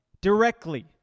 directly